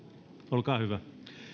olkaa hyvä